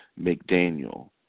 McDaniel